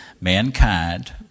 mankind